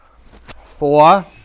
Four